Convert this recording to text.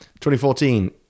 2014